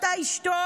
אתה איש טוב,